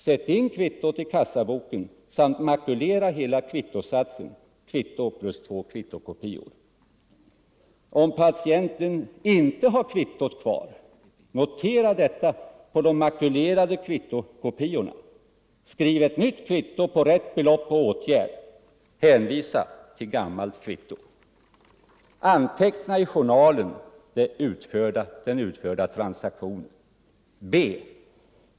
Sätt in kvittot i kassaboken samt makulera hela kvittosatsen .—-- Om patienten inte har kvittot kvar, notera detta på de makulerade 35 kvittokopiorna. Skriv ett nytt kvitto på rätt belopp och åtgärd. Hänvisa till gammalt kvitto. -—-- B.